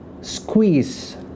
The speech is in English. squeeze